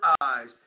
eyes